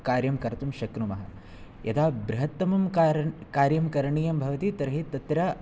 कार्यं कर्तुं शक्नुमः यधा बृहत्तमं का कार्यं करणीयं भवति तर्हि तत्र